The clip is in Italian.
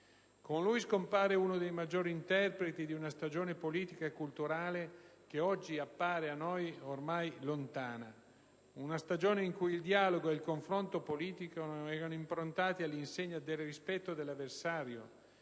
Con lui scompare uno dei maggiori interpreti di una stagione politica e culturale che oggi appare a noi ormai lontana, una stagione in cui il dialogo e il confronto politico erano improntati all'insegna del rispetto dell'avversario,